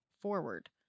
Forward